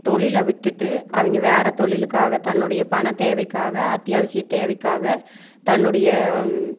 தொழிலை விட்டுட்டு அவங்க வேற தொழிலுக்காக தன்னுடைய பணத்தேவைக்காக அத்தியாவசியத் தேவைக்காக தன்னுடைய